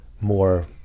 more